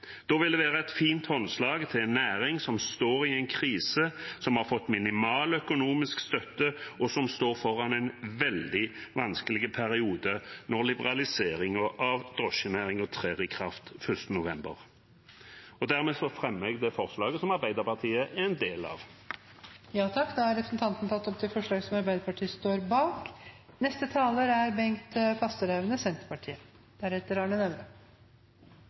Da vil det være et fint håndslag til en næring som står i en krise, som har fått minimal økonomisk støtte, og som står foran en veldig vanskelig periode når liberaliseringen av drosjenæringen trer i kraft 1. november. Dermed fremmer jeg det forslaget Arbeiderpartiet er med på. Representanten Øystein Langholm Hansen har tatt opp